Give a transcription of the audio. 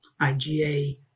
IGA